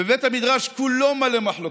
ובית המדרש כולו מלא מחלוקות.